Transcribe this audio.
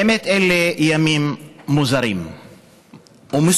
באמת, אלה ימים מוזרים ומסוכנים.